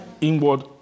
Inward